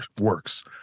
works